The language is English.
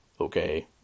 Okay